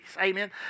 Amen